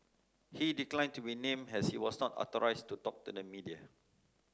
he declined to be named as he was not authorised to talk to the media